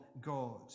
God